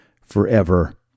forever